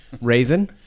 Raisin